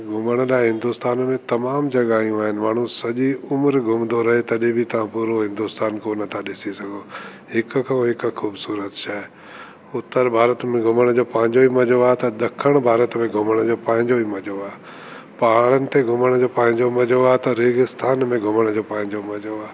घुमण लाई हिंदुस्तान में तमामु जॻहियूं आहिनि माण्हू सॼी उमिरि घुमदो रहे तॾहिं बि तव्हां पूरो हिंदुस्तान कोन्ह था ॾिसी सघो हिक खां हिक खूबसूरत शइ घुमण जो उत्तर भारत में घुमण जो पंहिंजो ई मजो आहे त दखिण भारत में घुमण जो पंहिंजो ई मज़ो आहे पहाड़नि ते घुमण जो पंहिंजो मज़ो आहे त रेगिस्तान में घुमण जो पंहिजो मज़ो आहे